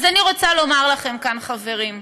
אז אני רוצה לומר לכם כאן, חברים: